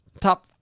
Top